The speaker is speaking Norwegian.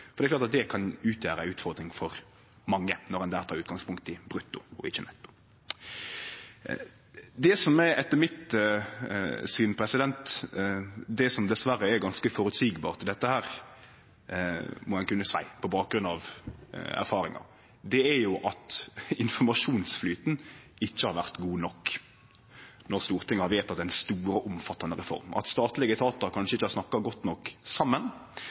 for det er klart det kan utgjere ei utfordring for mange når ein tek utgangspunkt i brutto og ikkje netto. Det som etter mitt syn dessverre er ganske føreseieleg i dette, må ein kunne seie på bakgrunn av erfaringar, er at informasjonsflyten ikkje har vore god nok når Stortinget har vedteke ei stor og omfattande reform, at statlege etatar kanskje ikkje har snakka godt nok saman,